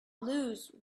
lose